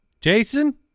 Jason